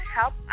help